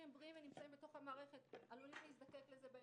בריאים שנמצאים בתוך המערכת עלולים להזדקק לזה בהמשך.